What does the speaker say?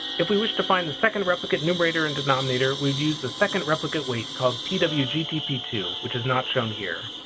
if we wish to find a second replicate enumerator and denominator we'd use the second replicate weight called p w g t p two which is not shown here.